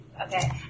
Okay